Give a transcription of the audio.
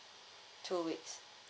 two weeks